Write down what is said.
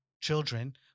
children